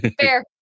Fair